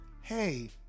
hey